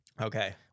Okay